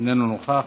איננו נוכח.